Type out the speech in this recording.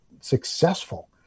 successful